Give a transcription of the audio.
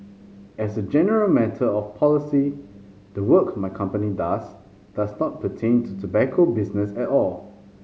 as a general matter of policy the work my company does does not pertain to tobacco business at all